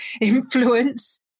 influence